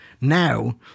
now